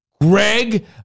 Greg